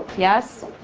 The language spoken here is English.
yes?